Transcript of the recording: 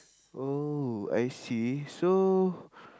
oh I see so